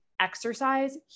exercise